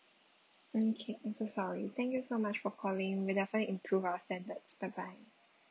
okay I'm so sorry thank you so much for calling we'll definitely improve our standards bye bye